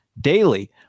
daily